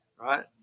right